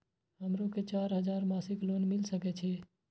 हमरो के चार हजार मासिक लोन मिल सके छे?